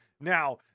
Now